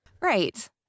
Right